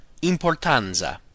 importanza